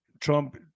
Trump